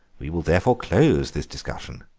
we will therefore close this discussion.